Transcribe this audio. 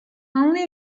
only